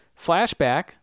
Flashback